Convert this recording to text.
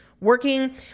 working